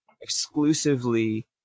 exclusively